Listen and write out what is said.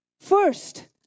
first